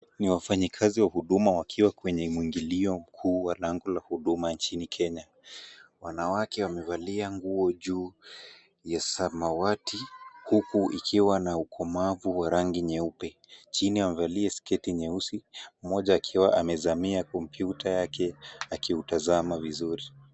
Ni wafanyikazi wa huduma wakiwa kwenye muingilio mkuu wa lango la huduma nchini Kenya. Wanawake wamevalia nguo juu ya samawati huku ikiwa na ukomavu wa rangi nyeupe. Chini wamevalia sketi nyeusi mmoja akiwa amezamia kompyuta yake akiutazama vizuri.